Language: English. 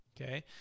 okay